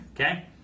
Okay